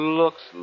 looks